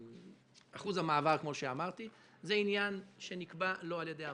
ואחוז המעבר כמו שאמרתי זה עניין שנקבע לא על-ידי הוועדה.